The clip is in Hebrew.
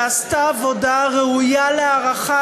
ועשתה עבודה ראויה להערכה,